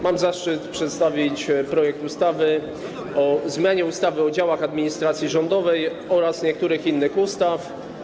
Mam zaszczyt przedstawić projekt ustawy o zmianie ustawy o działach administracji rządowej oraz niektórych innych ustaw.